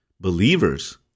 believers